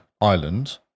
Island